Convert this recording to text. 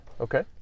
okay